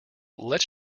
lets